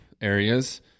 areas